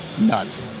nuts